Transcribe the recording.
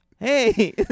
Hey